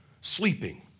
Sleeping